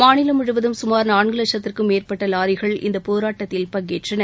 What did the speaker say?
மாநிலம் முழுவதும் சுமார் நான்கு லட்சத்திற்கும் மேற்பட்ட லாரிகள் இந்த போராட்டத்தில் பங்கேற்றன